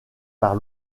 par